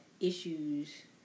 issues